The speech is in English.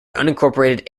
unincorporated